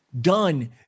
Done